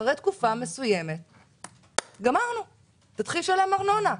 אחרי תקופה מסוימת יתחיל לשלם ארנונה.